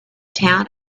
town